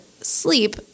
sleep